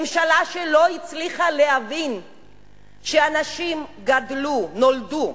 ממשלה שלא הצליחה להבין שאנשים נולדו,